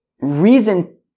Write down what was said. reason